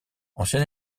ancien